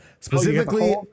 specifically